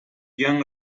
young